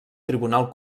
tribunal